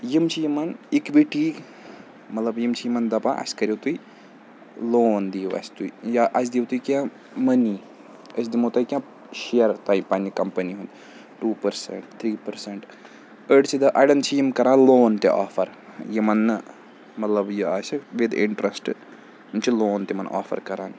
یِم چھِ یِمَن اِکوِٹی مطلب یِم چھِ یِمَن دَپان اَسہِ کٔرِو تُہۍ لون دِیِو اَسہِ تُہۍ یا اَسہِ دِیِو تُہۍ کینٛہہ مٔنی أسۍ دِمو تۄہہِ کینٛہہ شِیَر تۄہہِ پنٛنہِ کَمپٔنی ہُنٛد ٹوٗ پٔرسَنٛٹ تھرٛی پٔرسَنٛٹ أڑۍ چھِ اَڑٮ۪ن چھِ یِم کَران لون تہِ آفَر یِمَن نہٕ مطلب یہِ آسہِ وِد اِنٹرٛسٹ یِم چھِ لون تِمَن آفَر کَران